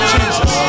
Jesus